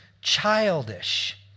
childish